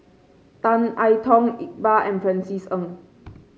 Tan I Tong Iqbal and Francis Ng